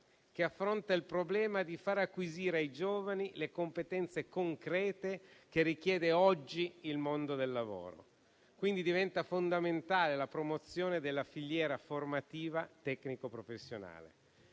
che affronta il problema di far acquisire ai giovani le competenze concrete che richiede oggi il mondo del lavoro, quindi diventa fondamentale la promozione della filiera formativa tecnico-professionale.